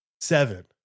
seven